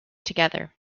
together